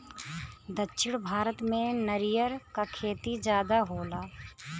दक्षिण भारत में नरियर क खेती जादा होला